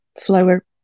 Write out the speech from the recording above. flower